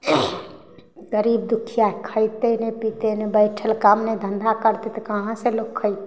गरीब दुखिया खैतय नहि पीतै नहि बैठल काम ने धन्धा करतै कहाँसँ लोक खेतै